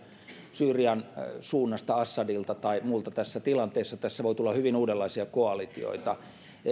syyrian suunnasta assadilta tai muilta tässä tilanteessa tässä voi tulla hyvin uudenlaisia koalitioita